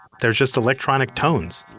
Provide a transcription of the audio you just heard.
they're just electronic tones.